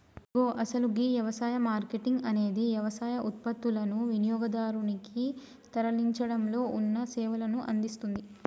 ఇగో అసలు గీ యవసాయ మార్కేటింగ్ అనేది యవసాయ ఉత్పత్తులనుని వినియోగదారునికి తరలించడంలో ఉన్న సేవలను అందిస్తుంది